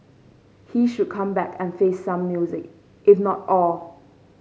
he should come back and face some music if not all